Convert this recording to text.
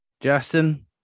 Justin